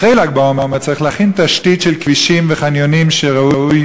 אחרי ל"ג בעומר צריך להכין תשתית של כבישים וחניונים שראויים